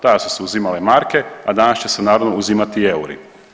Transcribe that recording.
Tada su se uzimale marke, a danas će se, naravno, uzimati euri.